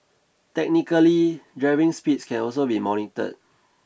technically driving speeds can also be monitored